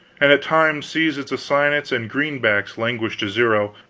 and at times sees its assignats and greenbacks languish to zero,